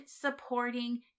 supporting